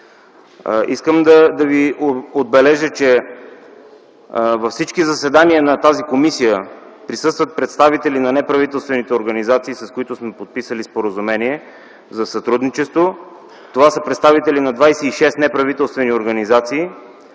Искам да отбележа, че във всички заседания на тази комисия присъстват представители на неправителствените организации, с които сме подписали споразумение за сътрудничество. Това са представители на 26 неправителствени организации,